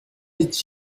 est